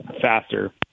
faster